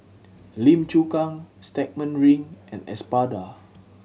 Lim Chu Kang Stagmont Ring and Espada